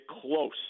close